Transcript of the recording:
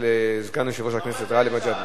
של סגן יושב-ראש הכנסת גאלב מג'אדלה.